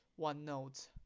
OneNote